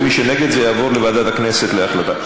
מי שנגד, זה יעבור לוועדת הכנסת להחלטה.